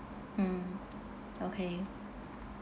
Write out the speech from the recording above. mm okay